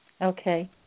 Okay